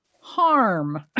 harm